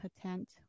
content